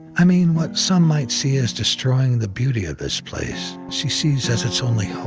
i mean, what some might see as destroying the beauty of this place, she sees as its only hope.